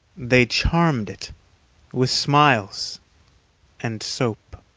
they charmed it with smiles and soap.